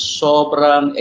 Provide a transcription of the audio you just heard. sobrang